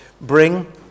bring